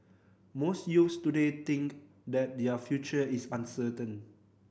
most youths today think that their future is uncertain